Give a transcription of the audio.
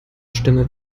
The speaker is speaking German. stimme